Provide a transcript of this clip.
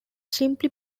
simply